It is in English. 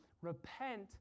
repent